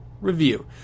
review